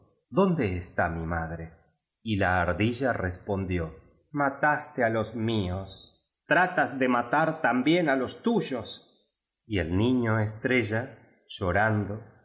dónde está mi madre biblioteca nacional de españa el niño estrella í y la ardilla respondió mataste á los míos tratas de ma tar también á los tuyos y el niño estrella llorando